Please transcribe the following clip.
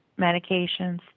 medications